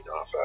off